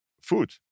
food